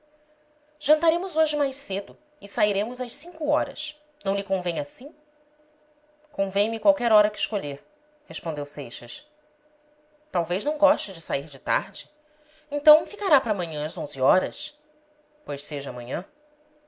jantaremos hoje mais cedo e sairemos às cinco horas não lhe convém assim convém me qualquer hora que escolher respondeu seixas talvez não goste de sair de tarde então ficará para amanhã às onze horas pois seja amanhã